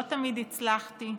לא תמיד הצלחתי,